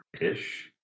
ish